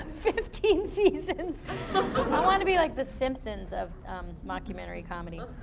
fifteen seasons. i want to be like the simpsons of mockumentary comedy.